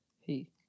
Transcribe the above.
Hey